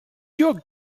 your